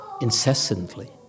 incessantly